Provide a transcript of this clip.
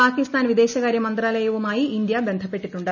പാകിസ്ഥാൻ വിദേശകാര്യ മന്ത്രാലയവുമായി ഇന്ത്യ ബന്ധപ്പെട്ടിട്ടുണ്ട്